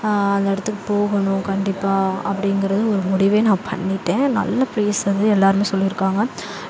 அந்த இடத்துக்கு போகணும் கண்டிப்பாக அப்படிங்குறது ஒரு முடிவே நான் பண்ணிவிட்டேன் நல்ல பிளேஸ் அது எல்லாருமே சொல்லியிருக்காங்க